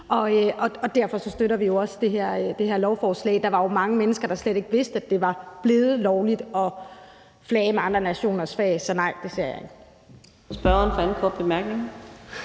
og derfor støtter vi jo også det her beslutningsforslag. Der var jo mange mennesker, der slet ikke vidste, at det var blevet lovligt at flage med andre nationers flag. Så nej, det siger jeg ikke.